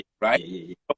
Right